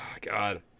god